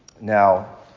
Now